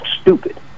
stupid